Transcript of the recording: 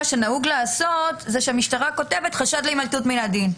מה שנהוג לעשות הוא שהמשטרה כותבת: חשד להימלטות מן הדין.